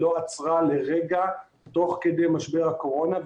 לא עצרה לרגע תוך כדי משבר הקורונה,